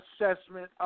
assessment